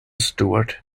stewart